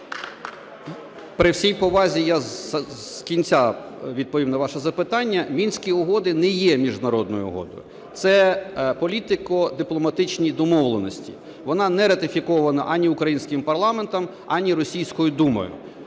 При всій повазі, я з кінця відповім на ваше запитання. Мінські угоди не є міжнародною угодою, це політико-дипломатичні домовленості. Вона не ратифікована ані українським парламентом, ані російською Думою.